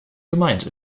gemeint